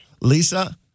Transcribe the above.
Lisa